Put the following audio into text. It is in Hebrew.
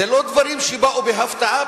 אלה לא דברים שבאו בהפתעה,